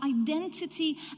identity